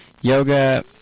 yoga